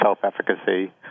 self-efficacy